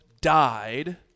died